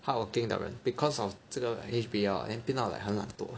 hardworking 的人 because of 这个 H_B_L ah then 变到 like 很懒惰